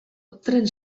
tren